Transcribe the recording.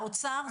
האוצר,